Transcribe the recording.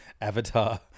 avatar